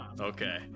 Okay